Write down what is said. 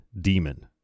demon